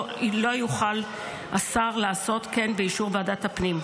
יוכל השר לעשות כן באישור ועדת הפנים.